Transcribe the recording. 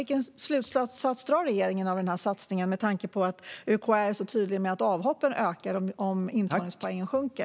Vilken slutsats drar regeringen av den här satsningen med tanke på att UKÄ är så tydligt med att avhoppen ökar om intagningspoängen sjunker?